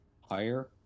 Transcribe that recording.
higher